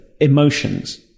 emotions